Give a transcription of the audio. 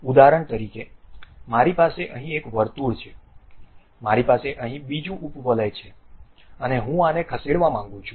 ઉદાહરણ તરીકે મારી પાસે અહીં એક વર્તુળ છે મારી પાસે અહીં બીજું ઉપવલય છે અને હું આને ખસેડવા માંગુ છું